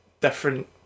different